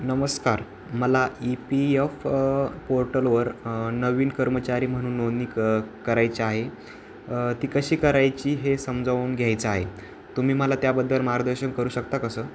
नमस्कार मला E P F पोर्टलवर नवीन कर्मचारी म्हणून नोंदणी क करायची आहे ती कशी करायची हे समजावून घ्यायचं आहे तुम्ही मला त्याबद्दल मार्गदर्शन करू शकता कसं